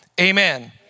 amen